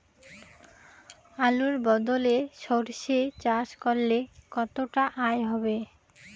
আলুর বদলে সরষে চাষ করলে কতটা আয় হবে?